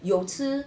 有吃